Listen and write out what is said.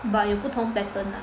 but 有不同 pattern ah